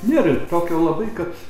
nėra tokio labai kad